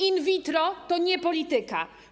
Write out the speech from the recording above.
In vitro to nie polityka.